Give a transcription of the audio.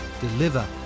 deliver